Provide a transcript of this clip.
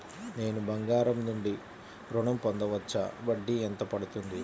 నేను బంగారం నుండి ఋణం పొందవచ్చా? వడ్డీ ఎంత పడుతుంది?